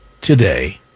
today